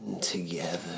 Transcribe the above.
together